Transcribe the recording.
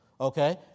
Okay